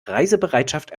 reisebereitschaft